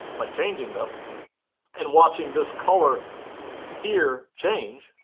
but changing them and watching this color here change